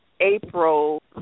April